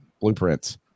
Blueprints